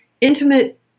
intimate